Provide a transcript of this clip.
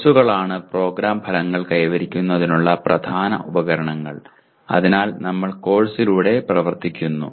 കോഴ്സുകളാണ് പ്രോഗ്രാം ഫലങ്ങൾ കൈവരിക്കുന്നതിനുള്ള പ്രധാന ഉപകരണങ്ങൾ അതിനാൽ നമ്മൾ കോഴ്സിലൂടെ പ്രവർത്തിക്കുന്നു